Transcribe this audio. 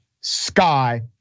sky